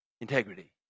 Integrity